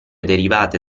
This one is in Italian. derivate